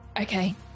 okay